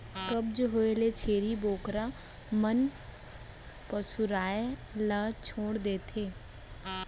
कब्ज होए ले छेरी बोकरा मन पगुराए ल छोड़ देथे